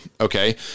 okay